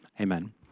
Amen